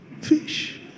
Fish